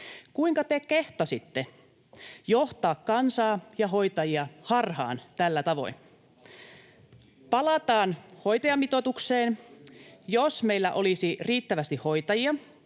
Kuinka te kehtasitte johtaa kansaa ja hoitajia harhaan tällä tavoin? Palataan hoitajamitoitukseen. Jos meillä olisi riittävästi hoitajia